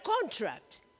contract